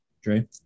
Dre